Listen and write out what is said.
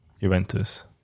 Juventus